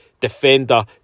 defender